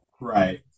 right